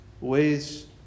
ways